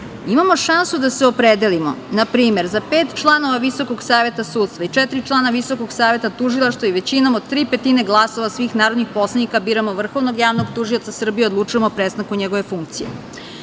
imamo šansu da se opredelimo. Na primer, za pet članova Visokog saveta sudstva i četiri člana Visokog saveta tužilaštva i većinom od tri petine glasova svih narodnih poslanika biramo vrhovnog javnog tužioca Srbije i odlučujemo o prestanku njegove funkcije.U